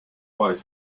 wife